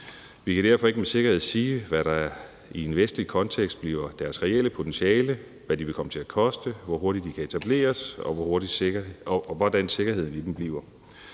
Vi kan derfor ikke med sikkerhed sige, hvad der i en vestlig kontekst bliver deres reelle potentiale, hvad de vil komme til at koste, hvor hurtigt de kan etableres, og hvordan sikkerheden i dem bliver.